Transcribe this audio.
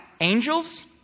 Angels